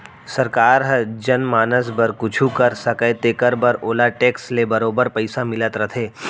सरकार हर जनमानस बर कुछु कर सकय तेकर बर ओला टेक्स ले बरोबर पइसा मिलत रथे